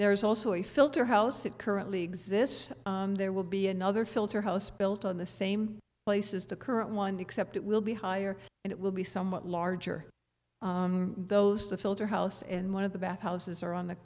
there is also a filter house that currently exist there will be another filter house built on the same place as the current one except it will be higher and it will be somewhat larger those to filter house and one of the back houses or on the